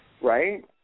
Right